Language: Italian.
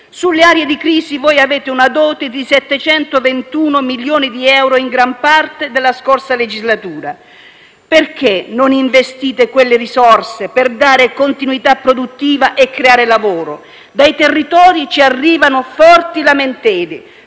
sulle aree di crisi avete una dote di 721 milioni di euro in gran parte della scorsa legislatura: perché non investite quelle risorse per dare continuità produttiva e creare lavoro? Dai territori ci arrivano forti lamentele